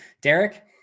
Derek